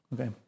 Okay